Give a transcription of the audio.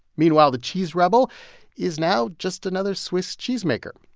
meanwhile, the cheese rebel is now just another swiss cheesemaker.